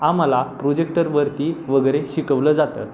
आम्हाला प्रोजेक्टरवरती वगैरे शिकवलं जातं